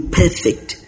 perfect